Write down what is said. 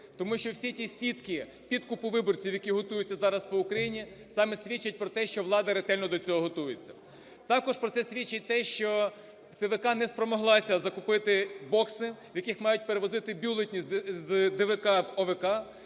Тому що всі ті "сітки" підкупу виборців, які готуються зараз по Україні, саме свідчать про те, що влада ретельно до цього готується. Також про це свідчить те, що ЦВК не спромоглася закупити бокси, в яких мають перевозити бюлетені з ДВК в ОВК,